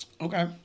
Okay